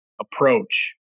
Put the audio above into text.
approach